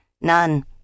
None